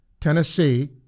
Tennessee